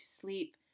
sleep